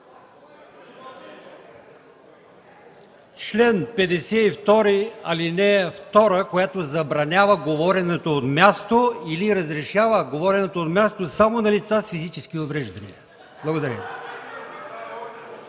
чл. 52, ал. 2, която забранява говоренето от място или разрешава говоренето от място само на лица с физически увреждания. Благодаря.